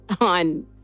on